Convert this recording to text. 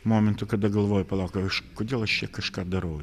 momentų kada galvoju palauk aš kodėl aš čia kažką darau